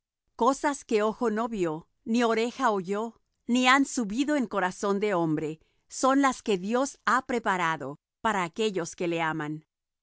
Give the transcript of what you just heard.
cosas que ojo no vió ni oreja oyó ni han subido en corazón de hombre son las que ha dios preparado para aquellos que le aman